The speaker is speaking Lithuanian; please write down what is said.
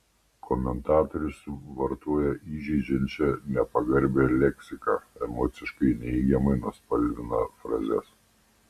komentatorius vartoja įžeidžiančią nepagarbią leksiką emociškai neigiamai nuspalvina frazes